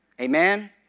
Amen